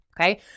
Okay